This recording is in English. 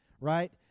right